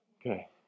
Okay